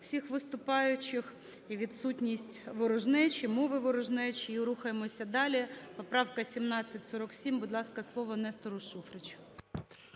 всіх виступаючих і відсутність ворожнечі, мови ворожнечі. І рухаємося далі. Поправка 1747. Будь ласка, слово Нестору Шуфричу.